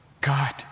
God